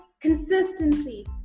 consistency